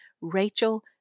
Rachel